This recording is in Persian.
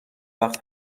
وقت